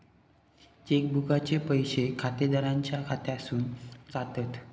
check बुकचे पैशे खातेदाराच्या खात्यासून जातत